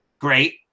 great